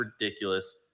ridiculous